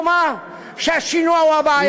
לומר שהשינוע הוא הבעיה.